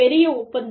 பெரிய ஒப்பந்தம்